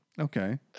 Okay